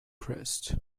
crust